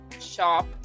shop